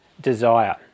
desire